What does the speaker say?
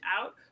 out